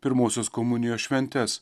pirmosios komunijos šventes